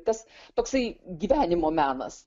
tas toksai gyvenimo menas